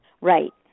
Right